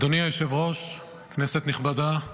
אדוני היושב-ראש, כנסת נכבדה,